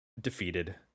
defeated